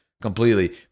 completely